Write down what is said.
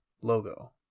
logo